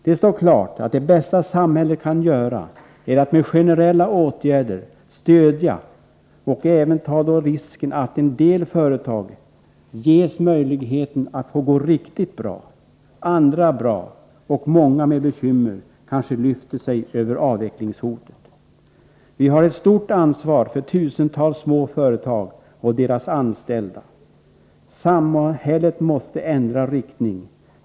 Det står klart att det bästa samhället kan göra är att med generella åtgärder stödja, och även då ta risken att en del företag ges möjlighet att gå riktigt bra, andra bra och många med bekymmer kanske lyfter sig över avvecklingshotet. Vi har ett stort ansvar för tusentals små företag och deras anställda. Samhället måste ändra riktning.